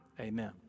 Amen